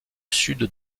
sud